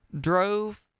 drove